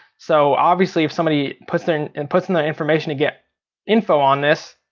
so obviously if somebody puts in and puts in their information to get info on this,